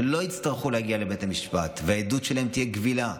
שלא יצטרכו להגיע לבית המשפט והעדות שלהם תהיה קבילה,